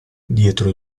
dietro